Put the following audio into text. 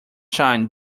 shine